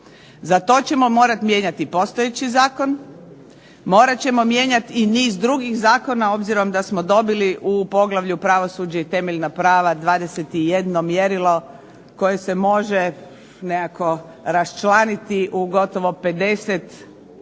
Za to ćemo morati mijenjati postojeći zakon, morat ćemo mijenjati i niz drugih zakona obzirom da smo dobili u poglavlju Pravosuđe i temeljna prava 21 mjerilo koje se može nekako raščlaniti u gotovo 50